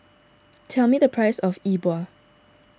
tell me the price of Yi Bua